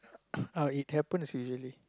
oh it happens usually